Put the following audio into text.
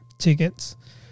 tickets